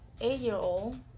eight-year-old